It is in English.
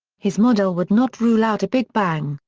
his model would not rule out a big bang,